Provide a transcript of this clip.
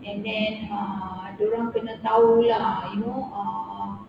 and then ah dorang kena tahu lah you know uh